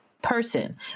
person